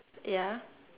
ya